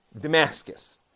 Damascus